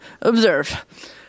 Observe